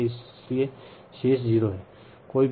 इसलिए इसीलिए शेष 0 हैं